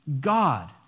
God